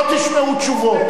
לא תשמעו תשובות.